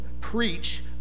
preach